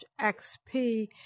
XP